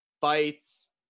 fights